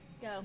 Go